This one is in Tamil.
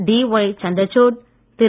டிஒய் சந்திரசூட் திரு